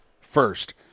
first